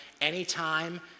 anytime